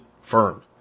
firm